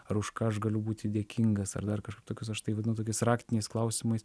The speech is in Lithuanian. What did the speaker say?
ar už ką aš galiu būti dėkingas ar dar kažką tokius aš tai vadinu tokiais raktiniais klausimais